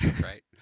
Right